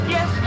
Yes